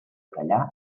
callar